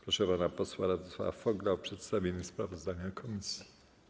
Proszę pana posła Radosława Fogla o przedstawienie sprawozdania komisji.